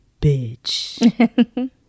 bitch